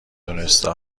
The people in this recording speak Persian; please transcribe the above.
دونسته